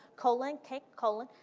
colon, cake, colon.